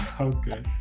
okay